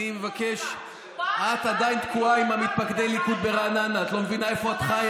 אני רוצה תשלומים שיאריכו את כביש